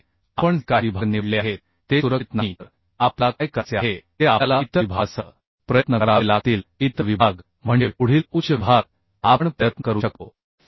त्यामुळे आपण जे काही विभाग निवडले आहेत ते सुरक्षित नाही तर आपल्याला काय करायचे आहे ते आपल्याला इतर विभागासह प्रयत्न करावे लागतील इतर विभाग म्हणजे पुढील उच्च विभाग आपण प्रयत्न करू शकतो